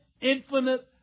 infinite